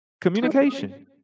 Communication